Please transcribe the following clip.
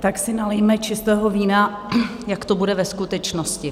Tak si nalijme čistého vína, jak to bude ve skutečnosti.